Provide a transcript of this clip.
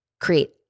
create